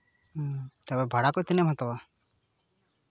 ᱛᱟᱨᱯᱚᱨ ᱵᱷᱟᱲᱟ ᱠᱚ ᱛᱤᱱᱟᱹᱜ ᱮᱢ ᱦᱟᱛᱟᱣᱟ